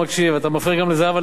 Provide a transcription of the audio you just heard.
אתה מפריע גם לזהבה להקשיב.